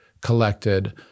collected